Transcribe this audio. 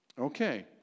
Okay